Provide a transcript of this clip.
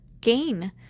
gain